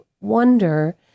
wonder